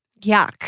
Yuck